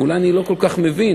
אולי אני לא כל כך מבין,